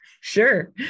Sure